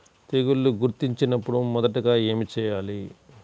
తెగుళ్లు గుర్తించినపుడు మొదటిగా ఏమి చేయాలి?